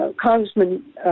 Congressman